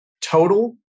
total